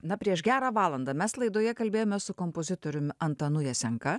na prieš gerą valandą mes laidoje kalbėjomės su kompozitoriumi antanu jasenka